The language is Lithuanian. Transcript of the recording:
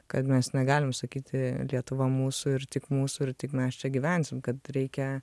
kad mes negalim sakyti lietuva mūsų ir tik mūsų ir tik mes čia gyvensim kad reikia